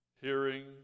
hearing